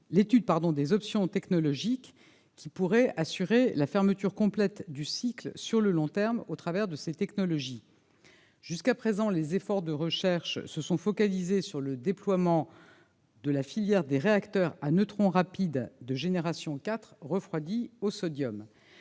l'étude des options technologiques qui pourraient assurer la fermeture complète du cycle sur le long terme. Jusqu'à présent, les efforts de recherche se sont concentrés sur le déploiement de la filière des réacteurs à neutrons rapides de quatrième génération refroidis au sodium.